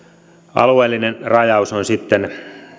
alueellinen rajaus on sitten